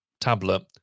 tablet